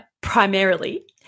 primarily